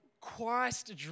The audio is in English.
Christ